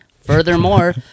Furthermore